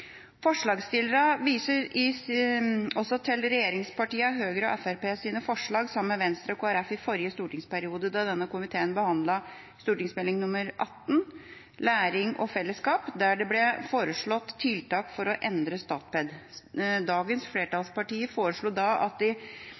Forslagsstillerne viser også til regjeringspartiene Høyre og Fremskrittspartiet sine forslag sammen med Venstre og Kristelig Folkeparti i forrige stortingsperiode, da denne komiteen behandlet Meld. St. nr. 18 for 2010–2011, Læring og fellesskap, der det ble foreslått tiltak for å endre Statped. Dagens flertallspartier foreslo da at